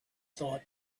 thought